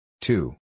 Two